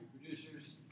producers